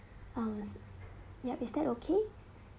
what was it yup is that okay